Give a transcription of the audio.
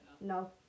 No